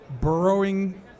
burrowing